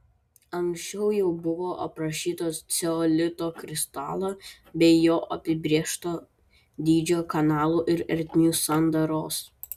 anksčiau jau buvo aprašytos ceolito kristalo bei jo apibrėžto dydžio kanalų ir ertmių sandaros